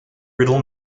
riddle